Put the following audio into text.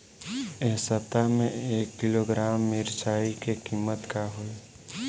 एह सप्ताह मे एक किलोग्राम मिरचाई के किमत का होई?